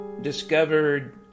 discovered